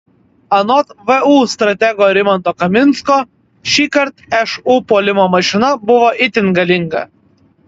anot vu stratego rimanto kaminsko šįkart šu puolimo mašina buvo itin galinga